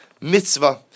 mitzvah